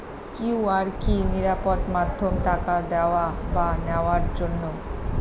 QR কি নিরাপদ মাধ্যম টাকা দেওয়া বা নেওয়ার জন্য?